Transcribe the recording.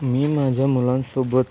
मी माझ्या मुलांसोबत